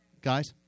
Guys